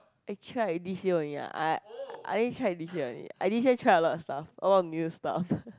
I tried this year only ah I I only tried this year only I this year try a lot of stuff all new stuff